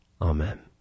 Amen